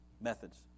Methods